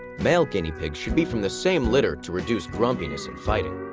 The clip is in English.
male guinea pigs should be from the same litter to reduce grumpiness and fighting.